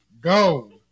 Go